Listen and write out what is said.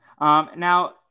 Now